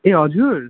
ए हजुर